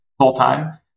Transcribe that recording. full-time